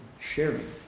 sharing